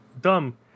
dumb